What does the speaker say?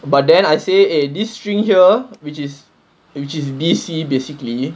but then I say eh this string here which is which is D C basically